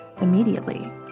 immediately